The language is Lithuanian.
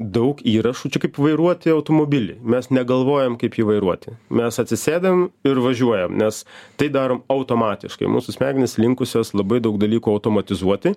daug įrašų čia kaip vairuoti automobilį mes negalvojam kaip jį vairuoti mes atsisėdam ir važiuojam nes tai darom automatiškai mūsų smegenys linkusios labai daug dalykų automatizuoti